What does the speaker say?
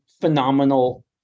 phenomenal